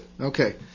Okay